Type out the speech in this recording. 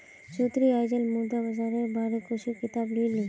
सन्नी आईज मुद्रा बाजारेर बार कुछू किताब ली ले